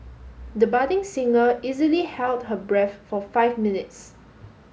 the budding singer easily held her breath for five minutes